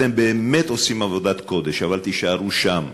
אתם באמת עושים עבודת קודש, אבל תישארו שם.